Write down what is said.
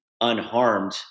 unharmed